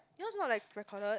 yours not like recorded